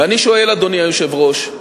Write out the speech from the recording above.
ואני שואל, אדוני היושב-ראש,